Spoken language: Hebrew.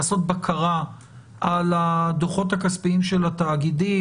לעשות בקרה על הדוחות הכספיים של התאגידים,